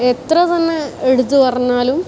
എത്ര തന്നെ എടുത്ത് പറഞ്ഞാലും